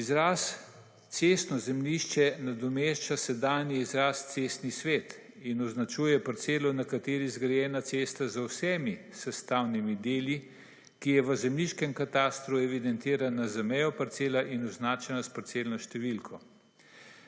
Izraz cestno zemljišče nadomešča sedanji izraz cestni svet in označuje parcelo, na kateri zgrajena cesta z vsemi sestavnimi deli, ki je v zemljiškem katastru evidentirana z mejo parcele in označena s parcelno številko.